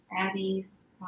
Abby's